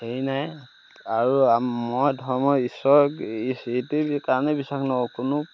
হেৰি নাই আৰু মই ধৰ্মৰ ঈশ্বৰ এইটোৱে কাৰণেই বিশ্বাস নকৰোঁ কোনো